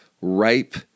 ripe